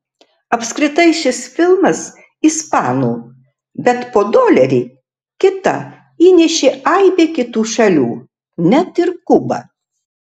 apskritai šis filmas ispanų bet po dolerį kitą įnešė aibė kitų šalių net ir kuba